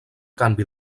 canvi